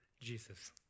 Jesus